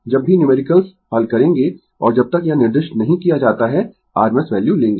जब भी न्यूमेरिकल्स हल करेंगें और जब तक यह निर्दिष्ट नहीं किया जाता है rms वैल्यू लेंगें